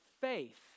faith